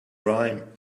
rhyme